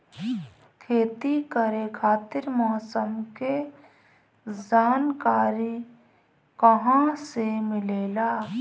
खेती करे खातिर मौसम के जानकारी कहाँसे मिलेला?